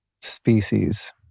species